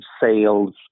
sales